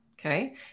Okay